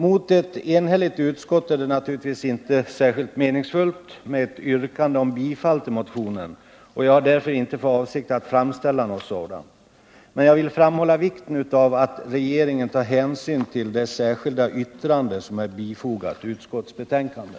Mot ett enhälligt utskott är det naturligtvis inte särskilt meningsfullt att yrka bifall till motionen. Jag har därför inte för avsikt att framställa något sådant yrkande. Men jag vill framhålla vikten av att regeringen tar hänsyn till det särskilda yttrande som är fogat till utskottets betänkande.